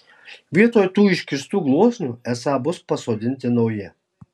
vietoj tų iškirstų gluosnių esą bus pasodinti nauji